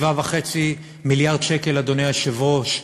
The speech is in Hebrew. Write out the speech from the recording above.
7.5 מיליארד שקל, אדוני היושב-ראש,